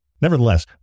Nevertheless